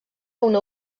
una